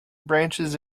branches